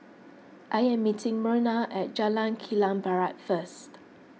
I am meeting Merna at Jalan Kilang Barat first